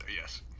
yes